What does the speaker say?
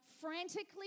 frantically